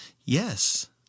Yes